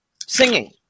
singing